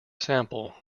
sample